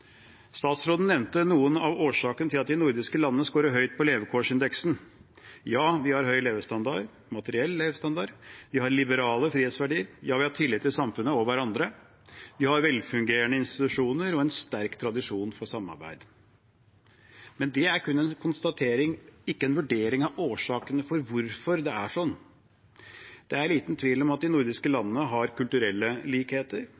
Statsråden nevnte noen av årsakene til at de nordiske landene skårer høyt på levekårsindeksen. Ja, vi har høy materiell levestandard, vi har liberale frihetsverdier, vi har tillit til samfunnet og hverandre, vi har velfungerende institusjoner, og vi har en sterk tradisjon for samarbeid. Men det er kun en konstatering, ikke en vurdering av årsakene til hvorfor det er sånn. Det er liten tvil om at de nordiske landene har kulturelle likheter.